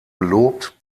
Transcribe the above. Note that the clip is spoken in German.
gelobt